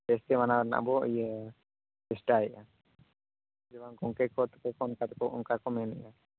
ᱡᱟᱹᱥᱛᱤ ᱢᱟᱱᱟᱣ ᱨᱮᱭᱟᱜ ᱵᱚ ᱤᱭᱟᱹ ᱪᱮᱥᱴᱟᱭᱮᱜᱼᱟ ᱡᱮ ᱵᱟᱝ ᱜᱚᱝᱠᱮ ᱠᱚ ᱛᱮᱠᱚ ᱠᱷᱚᱱ ᱚᱱᱟᱠᱟ ᱠᱚ ᱢᱮᱱᱮᱜᱼᱟ